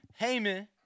Heyman